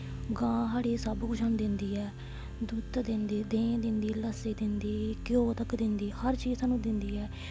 गौ साढ़े सब कुछ दिंदी ऐ दुद्ध दिंदी देहीं दिंदी लस्सी दिंदी घ्यो तक दिंदी हर चीज सानूं दिंदी ऐ